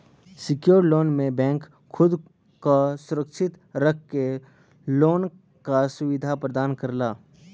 secured loan में bank खुद क सुरक्षित रख के लोन क सुविधा प्रदान करला